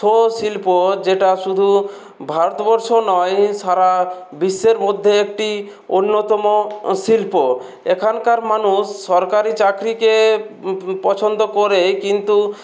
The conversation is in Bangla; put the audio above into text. ছৌ শিল্প যেটা শুধু ভারতবর্ষ নয় সারা বিশ্বের মধ্যে একটি অন্যতম শিল্প এখানকার মানুষ সরকারি চাকরিকে প প পছন্দ করে কিন্তু